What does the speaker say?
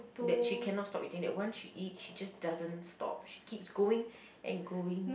that she cannot stop eating that once she eat she just doesn't stop she keeps going and going